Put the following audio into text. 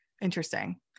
Interesting